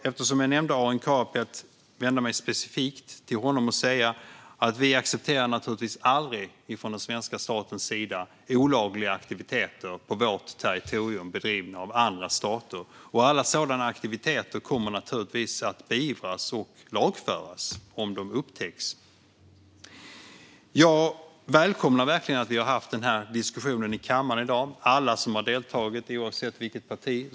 Eftersom jag nämnde Arin Karapet ska jag specifikt vända mig till honom och säga att svenska staten givetvis aldrig accepterar olagliga aktiviteter på vårt territorium bedrivna av andra stater. Alla sådana aktiviteter kommer givetvis att beivras och lagföras om de upptäcks. Jag välkomnar dagens diskussion här i kammaren och tackar alla som har deltagit oavsett parti.